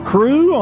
Crew